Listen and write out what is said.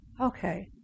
okay